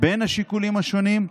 בין השיקולים השונים,